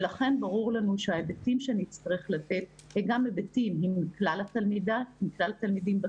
לכן ברור לנו שההיבטים שנצטרך לתת הם גם היבטים עם כלל התלמידים בכיתה